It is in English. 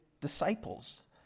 disciples